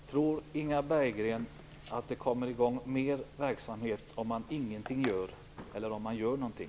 Herr talman! Tror Inga Berggren att det kommer i gång mer verksamhet om man ingenting gör än om man gör någonting?